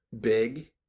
big